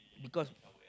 because